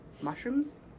mushrooms